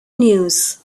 news